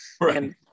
Right